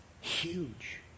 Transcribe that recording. huge